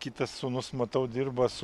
kitas sūnus matau dirba su